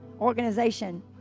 organization